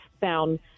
found